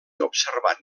observat